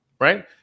right